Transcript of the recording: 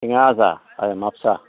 तिंगा आसा हय म्हापसा